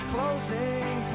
Closing